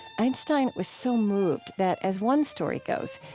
einstein was so moved that, as one story goes,